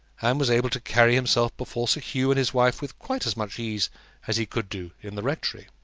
and was able to carry himself before sir hugh and his wife with quite as much ease as he could do in the rectory.